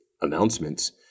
announcements